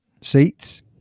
seats